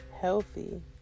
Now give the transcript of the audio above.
healthy